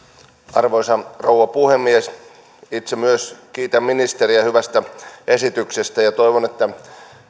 arvoisa rouva puhemies myös itse kiitän ministeriä hyvästä esityksestä ja toivon että